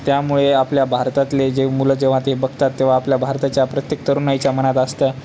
त्यामुळे आपल्या भारतातले जे मुलं जेव्हा ते बघतात तेव्हा आपल्या भारताच्या प्रत्येक तरुणाईच्या मनात असतं